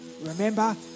Remember